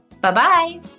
Bye-bye